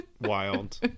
Wild